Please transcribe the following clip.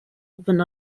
opened